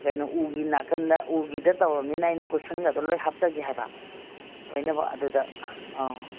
ꯀꯩꯅꯣ ꯎꯒꯤ ꯅꯥꯀꯟꯗ ꯎꯒꯤꯗ ꯇꯧꯔꯝꯅꯤꯅ ꯑꯩꯅ ꯀꯨꯁꯟꯒꯗꯣ ꯂꯣꯏ ꯍꯥꯞꯆꯒꯦ ꯍꯥꯏꯕ ꯂꯣꯏꯅꯃꯛ ꯑꯗꯨꯗ ꯑꯧ